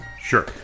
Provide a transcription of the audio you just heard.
Sure